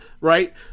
right